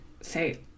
say